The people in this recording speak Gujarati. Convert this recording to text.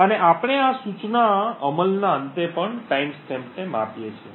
અને આપણે આ સૂચના અમલના અંતે પણ ટાઇમસ્ટેમ્પને માપીએ છીએ